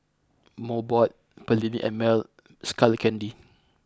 Mobot Perllini and Mel Skull Candy